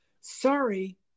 sorry